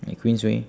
at queensway